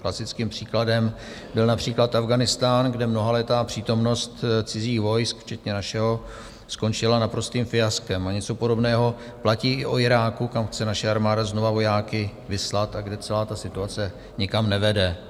Klasickým příkladem byl například Afghánistán, kde mnohaletá přítomnost cizích vojsk včetně našeho skončila naprostým fiaskem, a něco podobného platí i o Iráku, kam chce naše armáda znova vojáky vyslat a kde celá ta situace nikam nevede.